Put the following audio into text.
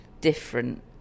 different